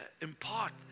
impart